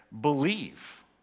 believe